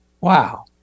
wow